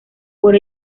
por